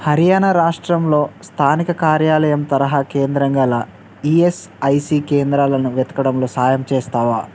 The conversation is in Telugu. హర్యానా రాష్ట్రంలో స్థానిక కార్యాలయం తరహా కేంద్రం గల ఈఎస్ఐసి కేంద్రాలను వెతకడంలో సాయం చేస్తావా